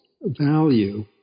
value